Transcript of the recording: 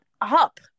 up